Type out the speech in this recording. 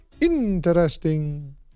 Interesting